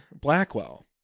Blackwell